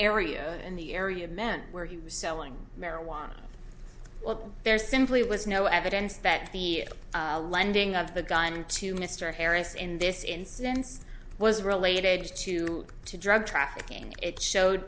area in the area of men where he was selling marijuana well there simply was no evidence that the landing of the gun to mr harris in this instance was related to drug trafficking it showed